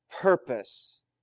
purpose